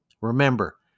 Remember